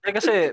Kasi